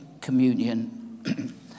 communion